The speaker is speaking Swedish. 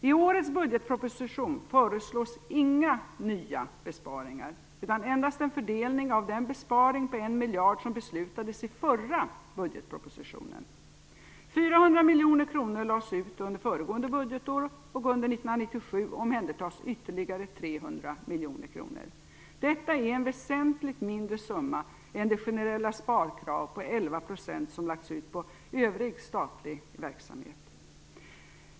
I årets budgetproposition föreslås inga nya besparingar utan endast en fördelning av den besparing på 1 miljard som beslutades enligt förra budgetpropositionen. 400 miljoner kronor lades ut under föregående budgetår, och under 1997 omhändertas ytterligare 300 miljoner kronor. Detta är en väsentligt mindre summa än det generella sparkrav på 11 % som lagts ut på övrig statlig verksamhet.